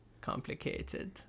complicated